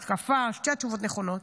התקפה, שתי התשובות נכונות,